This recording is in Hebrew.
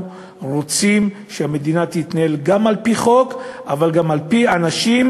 רוצים שהמדינה תתנהל גם על-פי חוק אבל גם על-פי אנשים,